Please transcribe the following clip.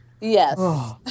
Yes